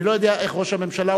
אני לא יודע איך ראש הממשלה עובד.